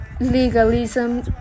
Legalism